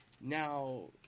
Now